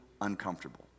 uncomfortable